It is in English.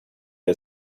had